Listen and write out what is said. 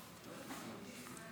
אתם מדברים על